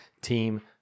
Team